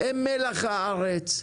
הם מלח הארץ,